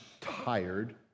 tired